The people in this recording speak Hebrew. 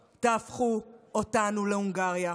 אתם לא תהפכו אותנו להונגריה,